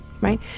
right